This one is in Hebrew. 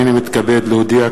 הנני מתכבד להודיע,